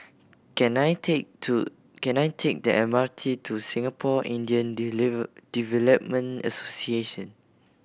can I take to can I take the M R T to Singapore Indian Development Association